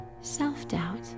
self-doubt